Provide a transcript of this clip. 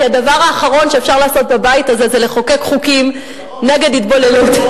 כי הדבר האחרון שאפשר לעשות בבית הזה זה לחוקק חוקים נגד התבוללות.